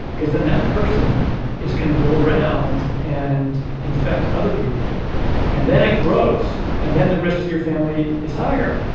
because then that person is going to go around and infect other people and then it grows and then the risk to your family is higher.